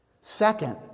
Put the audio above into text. Second